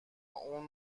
اون